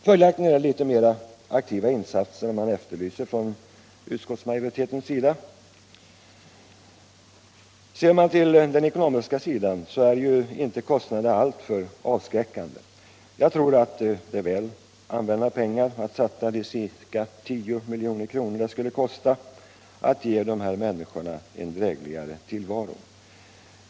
Följaktligen borde man från utskottsmajoritetens sida ha efterlyst litet mer aktiva insatser. Ser vi till den ekonomiska sidan så är ju kostnaderna inte alltför avskräckande. Jag tror att det är väl använda pengar att satsa de ca 10 milj.kr. som det skulle kosta att ge dessa människor en drägligare tillvaro.